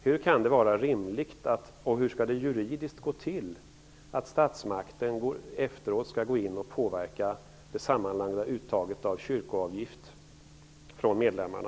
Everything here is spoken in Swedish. Hur kan det vara rimligt, och hur skall det juridiskt gå till, att statsmakten efteråt går in och påverkar det sammanlagda uttaget av kyrkoavgift från medlemmarna?